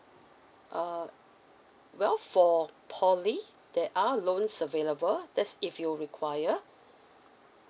err well for poly there are loans available that's if you require